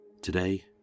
Today